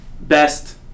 best